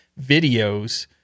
videos